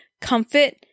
Comfort